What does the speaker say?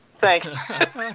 Thanks